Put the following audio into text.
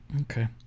Okay